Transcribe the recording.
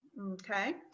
Okay